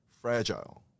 fragile